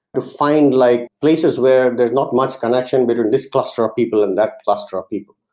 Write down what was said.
ah find like places where there's not much connection between this cluster of people and that cluster of people?